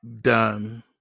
done